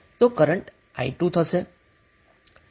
તો આ current i2 થશે